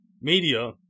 media